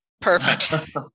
Perfect